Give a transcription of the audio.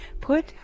Put